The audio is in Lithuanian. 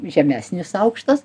žemesnis aukštas